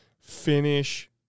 finish